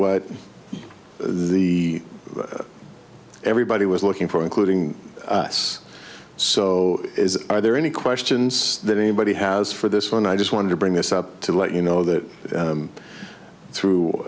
what the everybody was looking for including us so are there any questions that anybody has for this one i just wanted to bring this up to let you know that through